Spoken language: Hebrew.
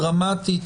דרמטית,